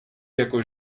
jako